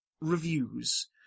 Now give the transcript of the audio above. Reviews